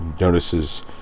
notices